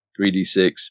3d6